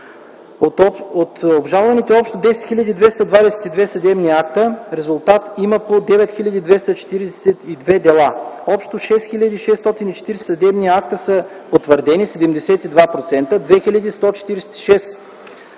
От обжалваните общо 10 222 съдебни акта, резултат има по 9242 дела. Общо 6640 съдебни акта са потвърдени (72 %), 2146